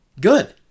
good